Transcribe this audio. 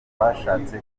twashatse